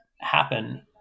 happen